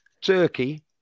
Turkey